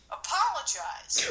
apologize